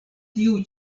tiu